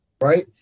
right